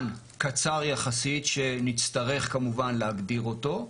קצר יחסית שנצטרך כמובן להגדיר אותו.